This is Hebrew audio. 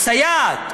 או סייעת,